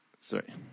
Sorry